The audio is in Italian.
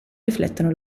riflettono